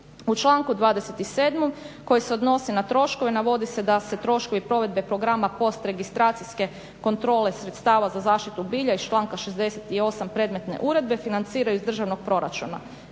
U članku 27.koji se odnosi na troškove navodi se da se troškovi provedbe programa postregistracijske kontrole sredstava za zaštitu bilja iz članka 68.predmetne uredbe financiraju iz državnog proračuna.